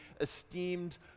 esteemed